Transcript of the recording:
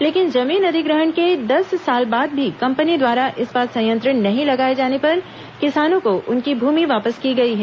लेकिन जमीन अधिग्रहण के दस साल बाद भी कंपनी द्वारा इस्पात संयंत्र नहीं लगाए जाने पर किसानों को उनकी भूमि वापस की गई है